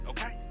Okay